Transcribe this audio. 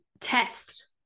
test